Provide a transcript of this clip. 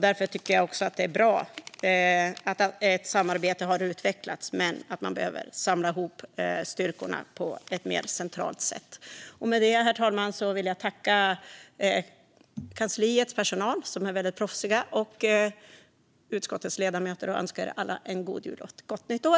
Därför är det bra att ett samarbete har utvecklats, men styrkorna måste samlas mer centralt. Herr talman! Jag tackar kansliets personal, som är mycket proffsiga, och utskottets ledamöter och önskar er alla en god jul och ett gott nytt år.